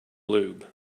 lube